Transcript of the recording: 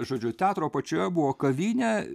žodžiu teatro apačioje buvo kavinė